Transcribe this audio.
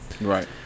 right